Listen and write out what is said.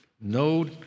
No